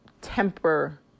temper